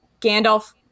Gandalf